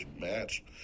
match